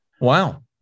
Wow